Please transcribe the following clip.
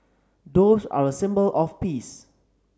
doves are a symbol of peace